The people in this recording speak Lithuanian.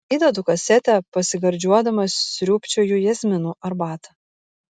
įdedu kasetę pasigardžiuodama sriubčioju jazminų arbatą